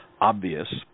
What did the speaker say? obvious